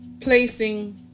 placing